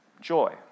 joy